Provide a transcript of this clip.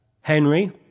Henry